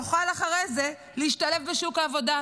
יוכל אחרי זה להשתלב בשוק העבודה,